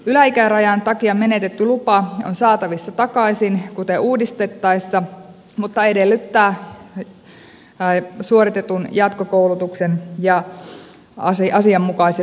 yläikärajan takia menetetty lupa on saatavissa takaisin kuten uudistettaessa mutta se edellyttää suoritetun jatkokoulutuksen ja asianmukaisen lääkärinlausunnon